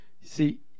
See